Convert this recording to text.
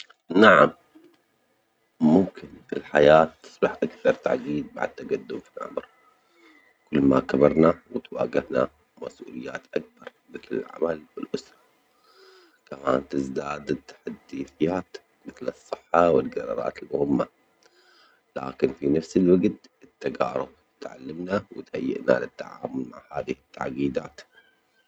نعم، ممكن الحياة تصبح أكثر تعجيد مع التجدم في العمر كل ما كبرنا بتواجهنا مسؤوليات أكبر، مثل العمل و الأسرة كمان تزداد التحديات مثل الصحة والجرارات المهمة لكن في نفس الوقت التجارب تعلمنا و تهيئنا للتعامل مع هذه التعجيدات.